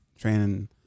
Training